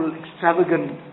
extravagant